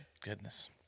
Goodness